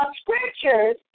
scriptures